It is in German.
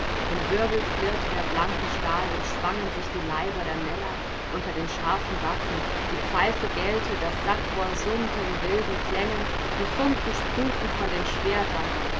im wirbel flirrte der blanke stahl und schwangen sich die leiber der männer unter den scharfen waffen die pfeife gellte das sackrohr summte in wilden klängen die funken sprühten von den schwertern